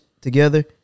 together